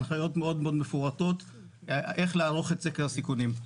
הנחיות מאוד מאוד מפורטות איך לערוך את סקר הסיכונים.